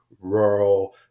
rural